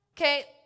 Okay